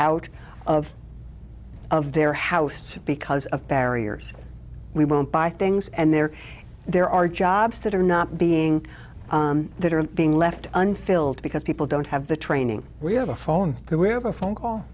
out of of their house because of barriers we won't buy things and there there are jobs that are not being that are being left unfilled because people don't have the training really to phone the we have a phone call